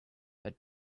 but